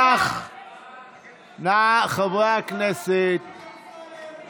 חבר הכנסת אמסלם.